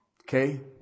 Okay